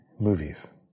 movies